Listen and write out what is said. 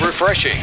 refreshing